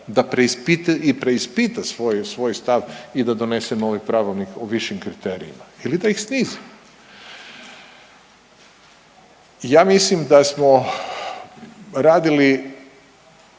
da i preispita svoj stav i da donese novi pravilnik o višim kriterijima ili da ih snizi. Ja mislim da smo radili